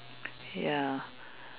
ya